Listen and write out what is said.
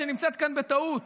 שנמצאת כאן בטעות.